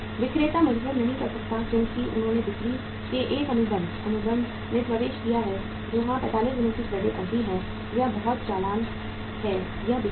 विक्रेता मजबूर नहीं कर सकता क्योंकि उन्होंने बिक्री के एक अनुबंध अनुबंध में प्रवेश किया है जो हां 45 दिनों की क्रेडिट अवधि है यह बहुत चालान है यह बिक्री है